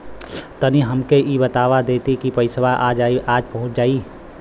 तनि हमके इ बता देती की पइसवा आज पहुँच जाई?